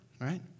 Right